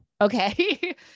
Okay